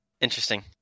Interesting